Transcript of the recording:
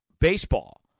baseball